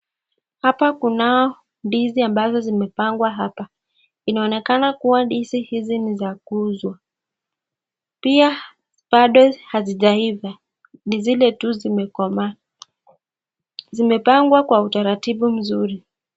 hapa kunao ndizi ambazo zimepangwa hapa, inaonekana kuwa ndizi hizi ni za kuuzwa. Pia bado hazijaiva, nivile tu zimekomaa. Zimepangwa kwa utaratibu mzuri.